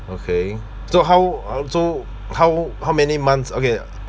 okay so how uh so how how many months okay